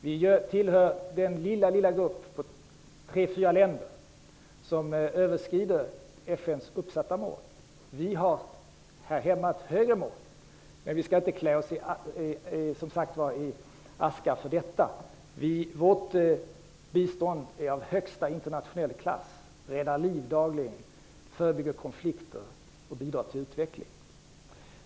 Vi tillhör den lilla grupp om tre, fyra länder som överskrider FN:s uppsatta mål. Vi har här hemma högre mål, men vi skall, som sagt, inte för den skull klä oss i säck och aska. Vårt bistånd är av högsta internationella klass. Det räddar liv dagligen, förebygger konflikter och bidrar till utveckling.